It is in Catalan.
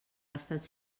gastat